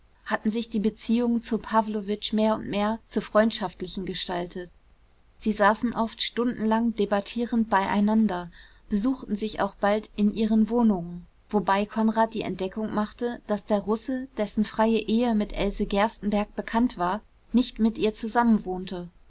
hatten sich die beziehungen zu pawlowitsch mehr und mehr zu freundschaftlichen gestaltet sie saßen oft stundenlang debattierend beieinander besuchten sich auch bald in ihren wohnungen wobei konrad die entdeckung machte daß der russe dessen freie ehe mit else gerstenbergk bekannt war nicht mit ihr zusammenwohnte